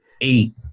eight